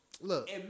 Look